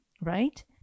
right